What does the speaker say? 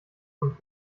und